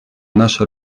нашей